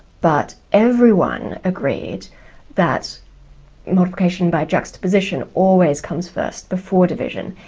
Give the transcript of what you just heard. but everyone agreed that multiplication by juxtaposition always comes first before division,